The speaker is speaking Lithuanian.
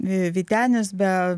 vytenis be